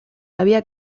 había